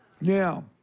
Now